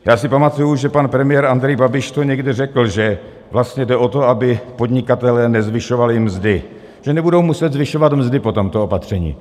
Já si pamatuji, že pan premiér Babiš to někde řekl, že vlastně jde o to, aby podnikatelé nezvyšovali mzdy, že nebudou muset zvyšovat mzdy po tomto opatření.